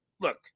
look